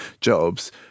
jobs –